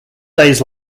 days